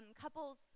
couples